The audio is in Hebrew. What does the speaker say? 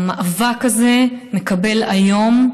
המאבק הזה מקבל היום,